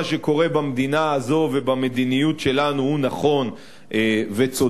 שקורה במדינה הזאת ובמדיניות שלנו הוא נכון וצודק,